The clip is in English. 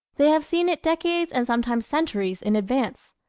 they have seen it decades and sometimes centuries in advance.